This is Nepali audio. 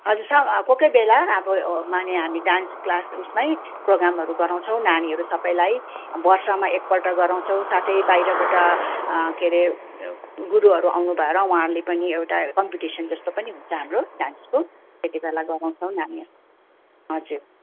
हजुर सर कोही कोही बेला अब माने हामी डान्स क्लास उयसमै प्रोगमहरू गराउँछौँ नानीहरू सबैलाई बर्षमा एकपल्ट गराउँछौँ साथै बाहिरबाट के अरे गुरूहरू आउनुभयो र उहाँहरूले पनि एउटा कम्पिटिसन जस्तो पनि हुन्छ हाम्रो डान्सको त्यति बेला गराउँछौँ नानीहरू हजुर